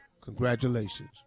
Congratulations